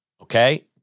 okay